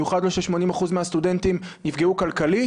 במיוחד לא כש-80% מהסטודנטים נפגעו כלכלית.